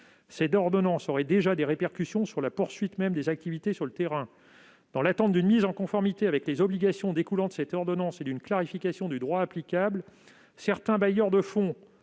Cette ordonnance aurait déjà des répercussions sur la poursuite même des activités sur le terrain. Dans l'attente d'une mise en conformité avec les obligations découlant de cette ordonnance et d'une clarification du droit applicable, certains bailleurs de fonds